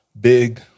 big